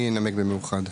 מי ינמק במאוחד?